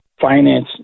finance